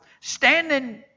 standing